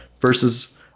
Versus